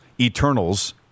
Eternals